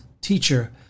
teacher